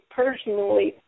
personally